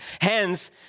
Hence